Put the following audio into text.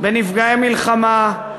בנפגעי מלחמה,